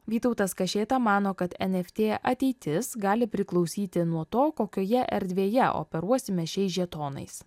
vytautas kašėta mano kad eft ateitis gali priklausyti nuo to kokioje erdvėje operuosime šiais žetonais